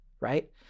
right